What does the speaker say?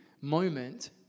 moment